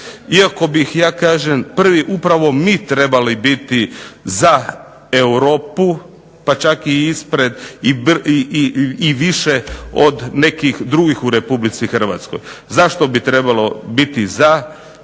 iako bih, ja kažem, prvi upravo mi trebali biti za Europu pa čak i ispred i više od nekih drugih u Republici Hrvatskoj. Zašto bi trebalo biti za, pa